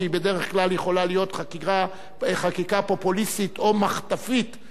שבדרך כלל יכולה להיות חקיקה פופוליסטית או מחטפית,